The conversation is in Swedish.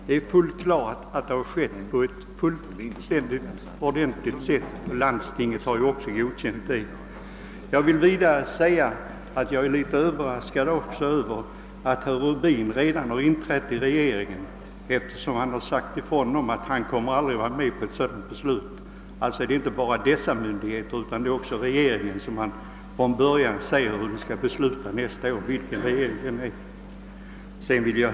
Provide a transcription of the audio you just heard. Det är fullt klart att beslutet har fattats i vederbörlig ordning. Landstinget har ju också godkänt det. Jag vill vidare säga att jag är litet överraskad över att herr Rubin redan har inträtt i regeringen, eftersom han har sagt ifrån att han aldrig kommer att gå med på ett sådant beslut. Det är inte bara myndigheterna som felat utan också regeringen, till vilken han redan nu säger hur den skall besluta nästa år, vilken regering det än må vara.